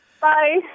Bye